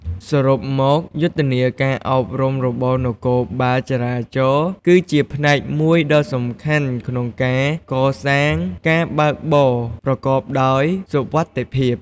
សរុបមក យុទ្ធនាការអប់រំរបស់នគរបាលចរាចរណ៍គឺជាផ្នែកមួយដ៏សំខាន់ក្នុងការកសាងការបើកបរប្រកបដោយសុវត្ថិភាព។